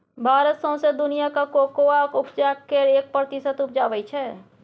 भारत सौंसे दुनियाँक कोकोआ उपजाक केर एक प्रतिशत उपजाबै छै